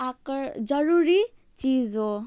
आकर जरुरी चिज हो